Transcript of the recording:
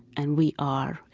and we are,